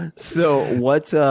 and so what so